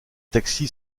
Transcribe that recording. taxi